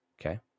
okay